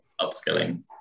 upskilling